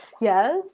Yes